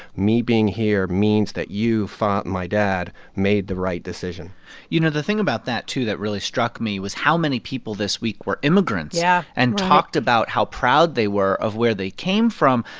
me being here means that you, ah my dad, made the right decision you know, the thing about that too that really struck me was how many people this week were immigrants yeah and talked about how proud they were of where they came from,